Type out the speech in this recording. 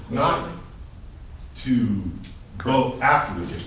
not to go after